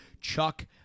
Chuck